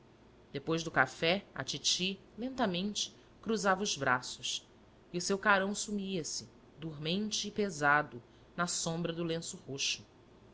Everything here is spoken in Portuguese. depois do café a titi lentamente cruzava os braços e o seu carão sumia-se dormente e pesado na sombra do lenço roxo